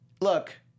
look